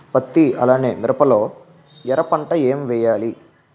పత్తి అలానే మిరప లో ఎర పంట ఏం వేయాలి?